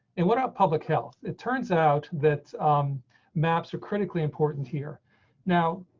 and what about public health, it turns out that maps are critically important here now.